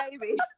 baby